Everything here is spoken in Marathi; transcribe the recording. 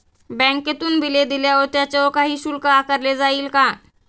बँकेतून बिले दिल्यावर त्याच्यावर काही शुल्क आकारले जाईल का?